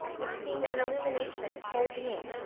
which seemed an illumination of his whole being,